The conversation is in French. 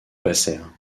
passèrent